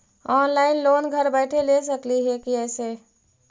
Online loan घर बैठे ले सकली हे, कैसे?